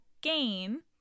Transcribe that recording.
gain